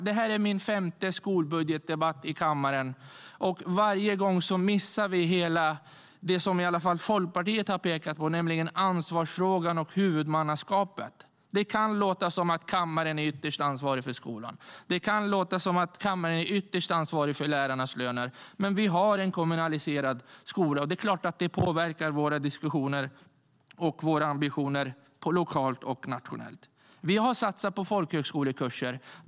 Det här är min femte skolbudgetdebatt i kammaren, och varje gång missar vi det som i alla fall Folkpartiet har pekat på, nämligen ansvarsfrågan och huvudmannaskapet. Det kan låta som att kammaren är ytterst ansvarig för skolan. Det kan låta som att kammaren är ytterst ansvarig för lärarnas löner. Men vi har en kommunaliserad skola, och det är klart att det påverkar våra diskussioner och ambitioner lokalt och nationellt. Vi har satsat på folkhögskolekurser.